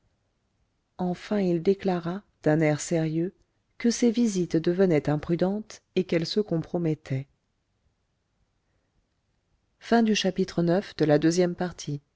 enfin il déclara d'un air sérieux que ses visites devenaient imprudentes et qu'elle se compromettait